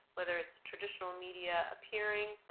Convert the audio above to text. whether it's traditional media appearing.